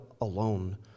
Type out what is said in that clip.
alone